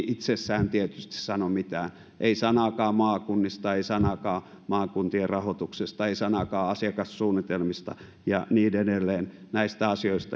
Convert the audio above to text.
itsessään tietysti sano mitään ei sanaakaan maakunnista ei sanaakaan maakuntien rahoituksesta ei sanaakaan asiakassuunnitelmista ja niin edelleen näistä asioita